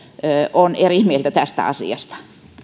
on eri mieltä tästä asiasta